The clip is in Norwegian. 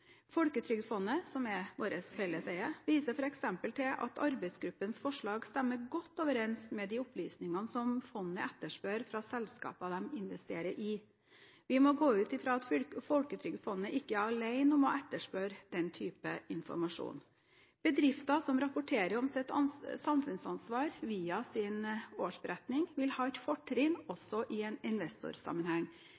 Folketrygdfondet, som er vårt felleseie, viser f.eks. til at arbeidsgruppens forslag stemmer godt overens med de opplysningene som fondet etterspør fra selskaper det investerer i. Vi må gå ut fra at folketrygdfondet ikke er alene om å etterspørre den type informasjon. Bedrifter som rapporterer om sitt samfunnsansvar via sin årsberetning, vil ha et fortrinn